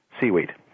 seaweed